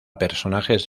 personajes